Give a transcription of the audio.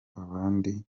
abandi